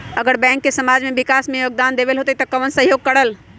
अगर बैंक समाज के विकास मे योगदान देबले त कबन सहयोग करल?